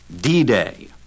D-Day